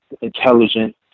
intelligent